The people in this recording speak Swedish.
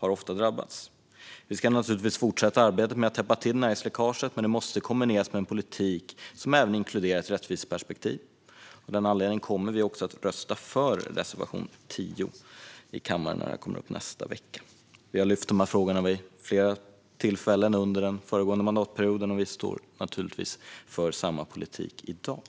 drabbas ofta. Vi ska givetvis fortsätta arbetet med att täppa till näringsläckaget, men det måste kombineras med en politik som även inkluderar ett rättviseperspektiv. Av denna anledning kommer vi att rösta för reservation 10 i kammaren nästa vecka. Vi lyfte upp dessa frågor vid flera tillfällen under föregående mandatperiod, och vi står givetvis för samma politik i dag.